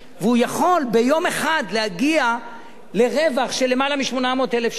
והוא יכול ביום אחד להגיע לרווח של למעלה מ-800,000 שקלים.